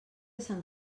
sant